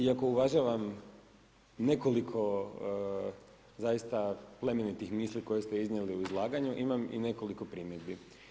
Iako uvažavam nekoliko zaista plemenitih misli koje ste iznijeli u izlaganju imam i nekoliko primjedbi.